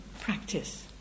practice